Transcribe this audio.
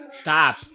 Stop